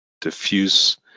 diffuse